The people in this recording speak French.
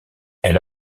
elle